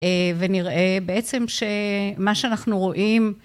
ונראה בעצם שמה שאנחנו רואים...